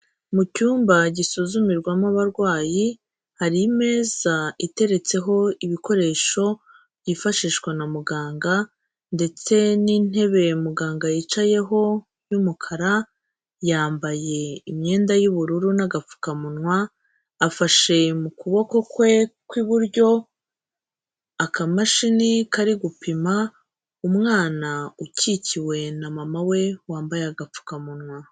Mu cyumba gisuzumirwamo abarwayi, hari imeza iteretseho ibikoresho byifashishwa na muganga ndetse n'intebe ya muganga yicayeho y'umukara, yambaye imyenda y'ubururu n'agapfukamunwa, afashe mu kuboko kwe kw'iburyo akamashini kari gupima umwana ukikiwe na mama we, wambaye agapfukamunwa.